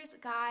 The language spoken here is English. God